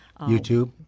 YouTube